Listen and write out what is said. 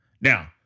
Now